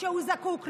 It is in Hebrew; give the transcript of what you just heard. שהוא זקוק לו.